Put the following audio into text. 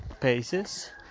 paces